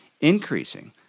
increasing